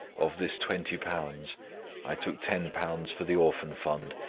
of this twenty pounds i took ten pounds for the orphan fund,